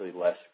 less